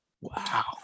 Wow